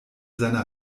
seiner